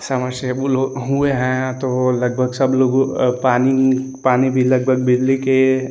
submersible हुए हैं तो लगभग सब लोग पानी पानी भी लगभग बिजली के